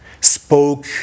spoke